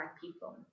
people